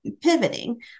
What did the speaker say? pivoting